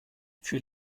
für